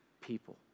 people